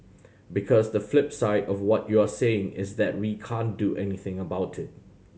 because the flip side of what you're saying is that we can't do anything about it